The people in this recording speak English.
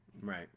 Right